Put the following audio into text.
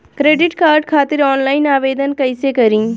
Credit card खातिर online आवेदन कइसे करि?